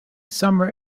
summer